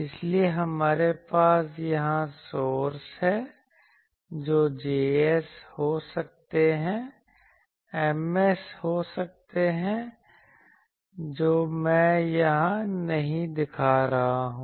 इसलिए हमारे पास यहां सोर्स हैं जो Js हो सकते हैं Ms हो सकते हैं जो मैं यहां नहीं दिखा रहा हूं